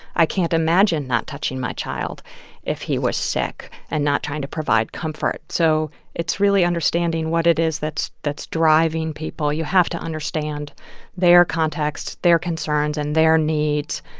i can't imagine not touching my child if he was sick and not trying to provide comfort. so it's really understanding what it is that's that's driving people. you have to understand their context, their concerns and their needs.